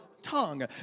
tongue